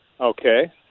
Okay